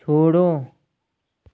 छोड़ो